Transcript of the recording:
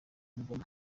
bugome